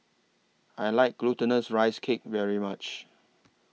I like Glutinous Rice Cake very much